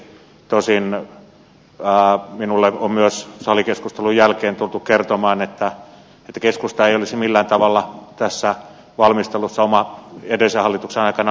tosin minulle on myös salikeskustelun jälkeen tultu kertomaan että keskusta ei olisi millään tavalla tässä valmistelussa edellisen hallituksen aikana mukana ollut